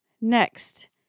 next